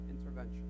intervention